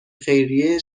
خیریه